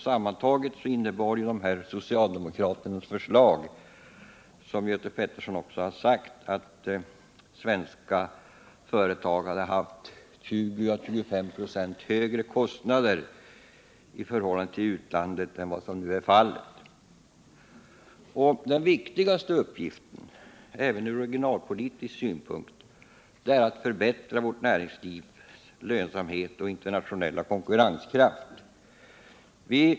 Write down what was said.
Sammantaget innebar socialdemokraternas förslag, som Göte Pettersson också sagt, att svenska företagare haft 20 å 25 96 högre kostnader än nu i förhållande till utlandet. Den viktigaste uppgiften, även ur regionalpolitisk synpunkt, är att förbättra vårt näringslivs lönsamhet och internationella konkurrenskraft.